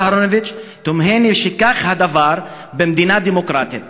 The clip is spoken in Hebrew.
מר אהרונוביץ, תמהני שכך הדבר במדינה דמוקרטית.